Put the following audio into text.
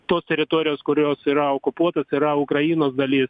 tos teritorijos kurios yra okupuotos yra ukrainos dalis